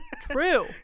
True